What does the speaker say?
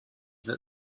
that